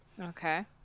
Okay